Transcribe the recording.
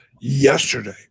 Yesterday